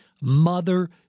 Mother